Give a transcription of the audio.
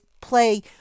play